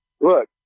look